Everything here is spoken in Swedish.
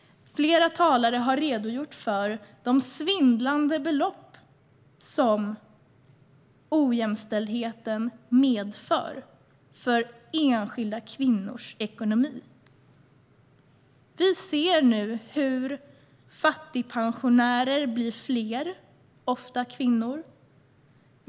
Flera talare har redogjort för de svindlande belopp som ojämställdheten innebär för enskilda kvinnors ekonomi. Vi ser nu hur fattigpensionärerna blir fler - ofta kvinnor.